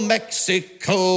Mexico